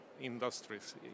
industries